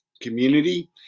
community